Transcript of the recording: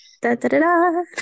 Da-da-da-da